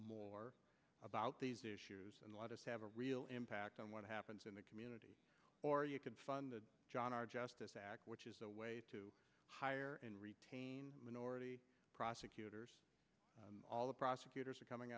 more about these issues and let us have a real impact on what happens in the community or you can fund the john our justice act which is to hire and retain minority prosecutors all the prosecutors are coming